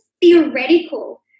theoretical